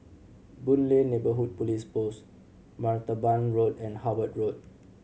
Boon Lay Neighbourhood Police Post Martaban Road and Howard Road